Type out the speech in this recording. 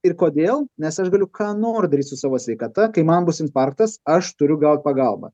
ir kodėl nes aš galiu ką noriu daryt su savo sveikata kai man bus infarktas aš turiu gaut pagalbą